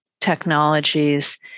technologies